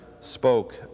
spoke